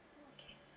oh okay